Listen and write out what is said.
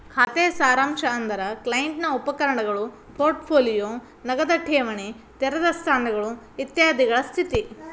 ಖಾತೆ ಸಾರಾಂಶ ಅಂದ್ರ ಕ್ಲೈಂಟ್ ನ ಉಪಕರಣಗಳು ಪೋರ್ಟ್ ಪೋಲಿಯೋ ನಗದ ಠೇವಣಿ ತೆರೆದ ಸ್ಥಾನಗಳು ಇತ್ಯಾದಿಗಳ ಸ್ಥಿತಿ